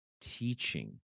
teaching